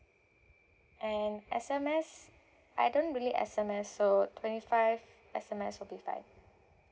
and S_M_S I don't really S_M_S so twenty five S_M_S will be fine